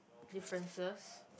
differences